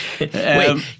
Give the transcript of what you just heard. Wait